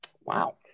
Wow